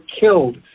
killed